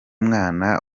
mwana